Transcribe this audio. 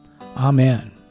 Amen